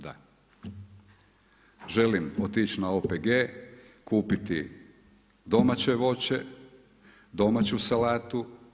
Da, želim otići na OPG-e, kupiti domaće voće, domaću salatu.